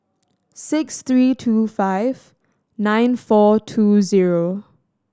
six three two five nine four two zero